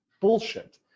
bullshit